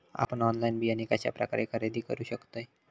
आपन ऑनलाइन बियाणे कश्या प्रकारे खरेदी करू शकतय?